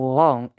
long